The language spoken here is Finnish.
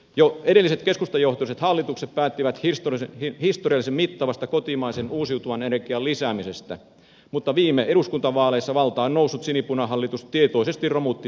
jo edelliset keskustajohtoiset hallitukset päättivät historiallisen mittavasta kotimaisen uusiutuvan energian lisäämisestä mutta viime eduskuntavaaleissa valtaan noussut sinipunahallitus tietoisesti romutti tehtyjä päätöksiä